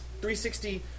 360